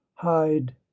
hide